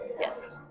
Yes